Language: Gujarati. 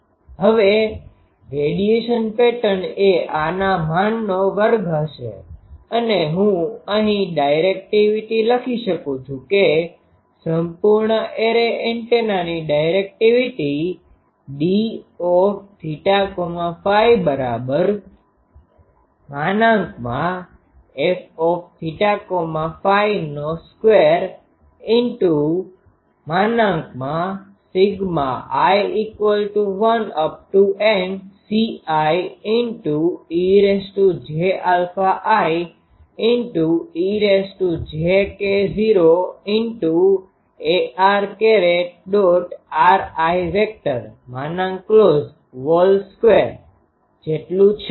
હવે રેડિયેશન પેટર્ન એ આના માનનો વર્ગ હશે અને હું અહીં ડાયરેકટીવીટી લખી શકું છું કે સંપૂર્ણ એરે એન્ટેનાની ડાયરેક્ટિવિટી DθΦFθΦ2 i1NCi eji ejK૦ arri2 છે